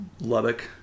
Lubbock